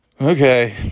Okay